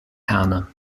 herne